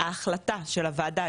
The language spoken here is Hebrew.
ההחלטה של הוועדה,